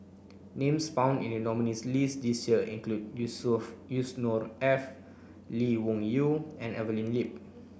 names found in the nominees' list this year include Yusnor Of Yusnor the Ef Lee Wung Yew and Evelyn Lip